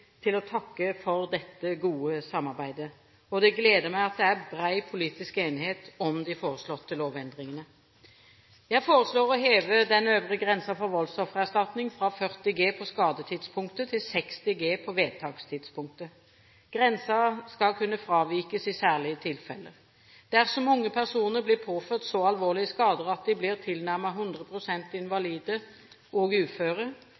til å takke for dette gode samarbeidet. Det gleder meg at det er bred politisk enighet om de foreslåtte lovendringene. Jeg foreslår å heve den øvre grensen for voldsoffererstatning fra 40 G på skadetidspunktet til 60 G på vedtakstidspunktet. Grensen skal kunne fravikes i særlige tilfeller. Dersom unge personer blir påført så alvorlige skader at de blir tilnærmet 100 pst. invalide og uføre,